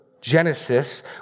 Genesis